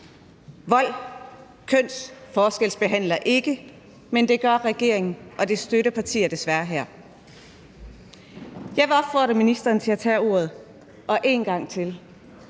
Vold kønsforskelsbehandler ikke, men det gør regeringen og dens støttepartier desværre her. Jeg vil opfordre ministeren til at tage ordet og en gang til